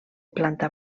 planta